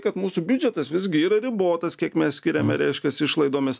kad mūsų biudžetas visgi yra ribotas kiek mes skiriame reiškiasi išlaidomis